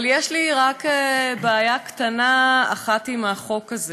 אבל יש לי רק בעיה קטנה אחת עם החוק הזה,